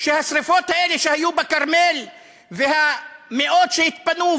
שהשרפות האלה שהיו בכרמל והמאות שהתפנו,